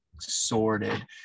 sorted